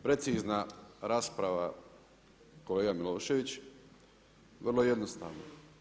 Precizna rasprava kolega Milošević, vrlo jednostavno.